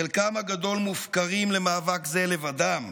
חלקם הגדול מופקרים למאבק זה לבדם,